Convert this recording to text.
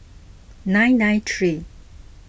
nine nine three